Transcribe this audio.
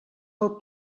pel